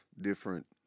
different